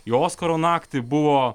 į oskaro naktį buvo